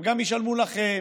הם גם ישלמו לכם,